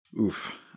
Oof